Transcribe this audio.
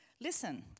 Listen